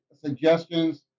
suggestions